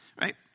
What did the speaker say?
right